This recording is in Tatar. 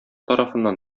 тарафыннан